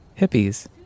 Hippies